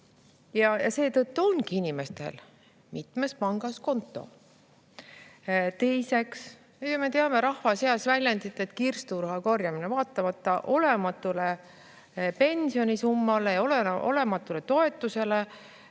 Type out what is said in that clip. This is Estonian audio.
Ja seetõttu ongi inimestel mitmes pangas konto. Teiseks, me teame rahva seas väljendit "kirsturaha korjamine". Vaatamata olematule pensionisummale ja olematule toetusele